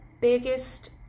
biggest